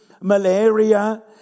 malaria